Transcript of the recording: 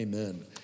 Amen